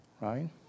right